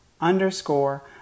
underscore